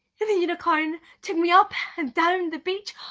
the the unicorn took me up and down the beach.